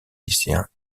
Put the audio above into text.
lycéens